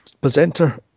presenter